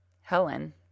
Helen